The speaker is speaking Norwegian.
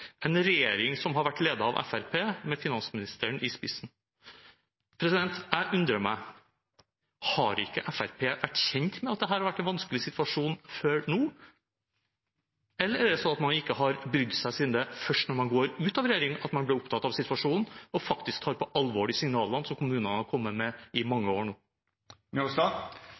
en regjering som har vært ledet av Fremskrittspartiet, med finansministeren i spissen. Jeg undrer meg: Har ikke Fremskrittspartiet før nå vært kjent med at dette har vært en vanskelig situasjon? Eller er det sånn at man ikke har brydd seg, siden det er først når man går ut av regjering, man blir opptatt av situasjonen og faktisk tar på alvor de signalene som kommunene har kommet med i mange år